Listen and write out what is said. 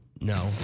No